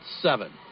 seven